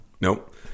Nope